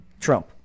Trump